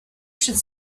should